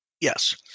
Yes